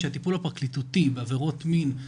שהטיפול הפרקליטותי בעבירות מין,